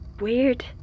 Weird